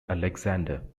alexander